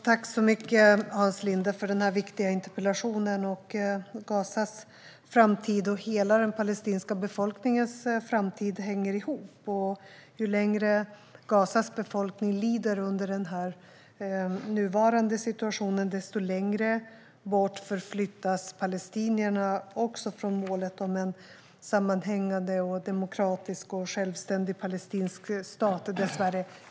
Herr talman! Tack, Hans Linde, för denna viktiga interpellation! Gazas framtid och hela den palestinska befolkningens framtid hänger ihop. Ju längre Gazas befolkning lider under den nuvarande situationen, desto längre bort förflyttas palestinierna från målet om en sammanhängande, demokratisk och självständig palestinsk stat.